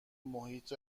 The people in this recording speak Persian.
محیط